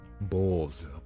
Bulls